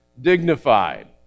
dignified